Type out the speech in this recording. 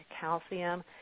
calcium